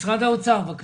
משרד האוצר, בבקשה.